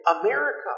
America